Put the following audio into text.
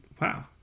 wow